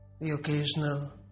occasional